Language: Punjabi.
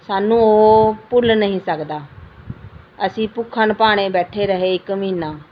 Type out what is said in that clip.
ਸਾਨੂੰ ਉਹ ਭੁੱਲ ਨਹੀਂ ਸਕਦਾ ਅਸੀਂ ਭੁੱਖਣ ਭਾਣੇ ਬੈਠੇ ਰਹੇ ਇਕ ਮਹੀਨਾ